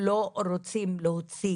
לא רוצים להוציא